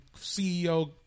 CEO